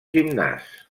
gimnàs